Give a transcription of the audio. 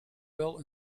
wel